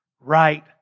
right